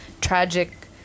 tragic